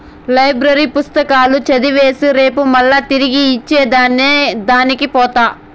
library పుస్తకాలు చదివేసి రేపు మల్లా తిరిగి ఇచ్చే దానికి పోత